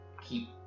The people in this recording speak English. keep